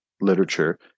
literature